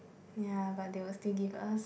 ya but they will still give us